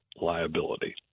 liability